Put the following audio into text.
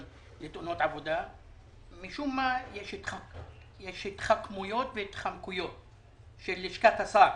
שקל לתאונות עבודה יש התחכמויות והתחמקויות של לשכת השר.